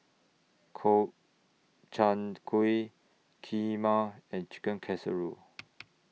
Gobchang Gui Kheema and Chicken Casserole